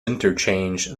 interchange